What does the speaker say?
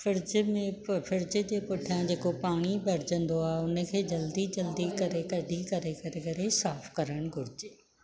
fridge में fridge जे पुठियां जेको पाणी भरजंदो आहे उन खे जल्दी जल्दी करे कढी करे साफ़ु करणु घुरिजे